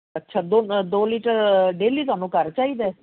ਅੱਛਾ ਦੋ litre daily ਤੁਹਾਨੂੰ ਘਰ ਚਾਹੀਦਾ